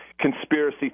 conspiracy